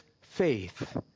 faith